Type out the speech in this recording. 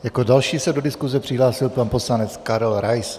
Jako další se do diskuse přihlásil pan poslanec Karel Rais.